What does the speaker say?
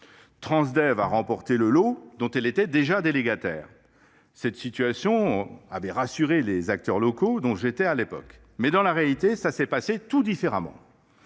Transdev a remporté le lot dont elle était déjà délégataire. Cette situation avait rassuré les acteurs locaux, dont je faisais partie à l’époque. Mais, dans la réalité, cela s’est passé autrement…